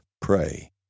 pray